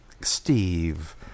Steve